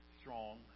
strong